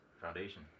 Foundation